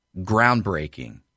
groundbreaking